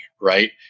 right